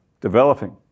developing